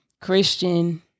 Christian